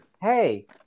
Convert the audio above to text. Hey